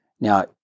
Now